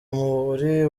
muri